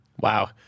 Wow